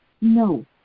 No